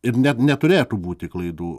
ir net neturėtų būti klaidų